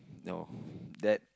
no that